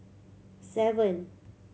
seven